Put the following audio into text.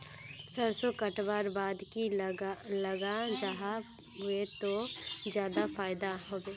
सरसों कटवार बाद की लगा जाहा बे ते ज्यादा फायदा होबे बे?